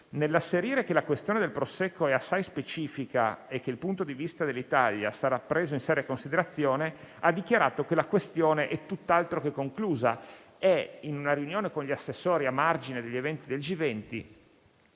nell'asserire che la questione del Prosecco è assai specifica e che il punto di vista dell'Italia sarà preso in seria considerazione, ha dichiarato che la questione è tutt'altro che conclusa e, in una riunione con gli assessori a margine degli eventi del G20,